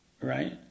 right